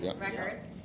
Records